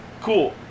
Cool